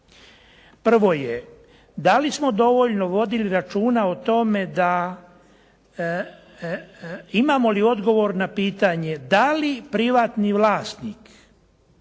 Prvo je, da li smo dovoljno vodili računa o tome da imamo li odgovor na pitanje da li privatni vlasnik